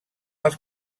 els